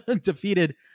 defeated